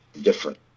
different